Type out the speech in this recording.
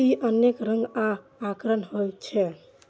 ई अनेक रंग आ आकारक होइ छै